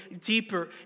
deeper